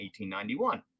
1891